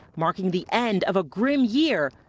marking the end of a grim year,